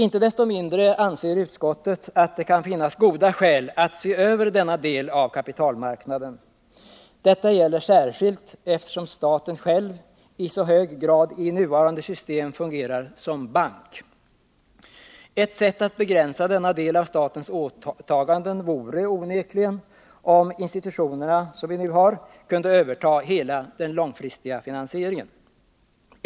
Inte desto mindre kan det enligt utskottet finnas goda skäl att se över denna del av kapitalmarknaden — särskilt eftersom staten själv i nuvarande system i så hög grad fungerar som bank. Ett sätt att begränsa denna del av statens åtaganden vore onekligen om instituten kunde överta hela den långfristiga finansieringen.